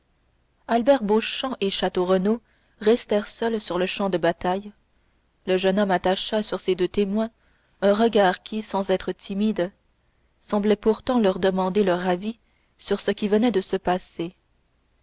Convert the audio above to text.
albert beauchamp et château renaud restèrent seuls sur le champ de bataille le jeune homme attacha sur ses deux témoins un regard qui sans être timide semblait pourtant leur demander leur avis sur ce qui venait de se passer